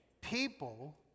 People